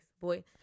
boy